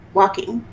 walking